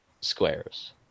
squares